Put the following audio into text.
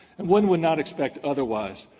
and one would not expect otherwise.